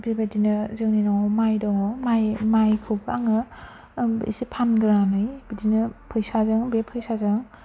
बेबायदिनो जोंनि न'आव माइ दङ माइ माइखौबो आङो एसे फाननानै फैसाजों बे फैसाजों